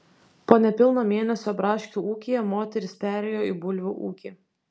po nepilno mėnesio braškių ūkyje moteris perėjo į bulvių ūkį